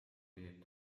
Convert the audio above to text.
teeb